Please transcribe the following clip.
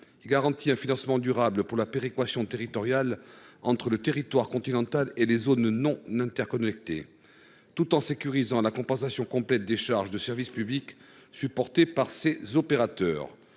de garantir un financement durable de la péréquation territoriale entre le territoire continental et les zones non interconnectées, tout en sécurisant la compensation intégrale des charges de service public supportées par les opérateurs